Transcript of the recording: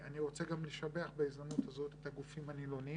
אני רוצה גם לשבח בהזדמנות הזו את הגופים הנילונים